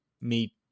meet